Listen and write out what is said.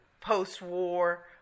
post-war